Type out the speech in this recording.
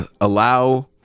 allow